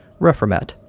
Reformat